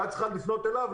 את צריכה לפנות אליו,